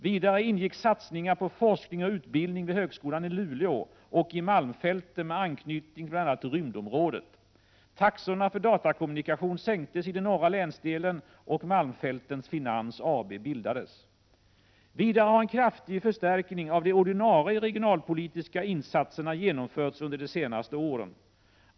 Vidare ingick satsningar på forskning och utbildning vid högskolan i Luleå och i malmfälten med anknytning till bl.a. rymdområdet. Taxorna för datakommunikation sänktes i den norra länsdelen och Malmfältens Finans AB bildades. Vidare har en kraftig förstärkning av de ordinarie regionalpolitiska insatserna genomförts under de senaste åren.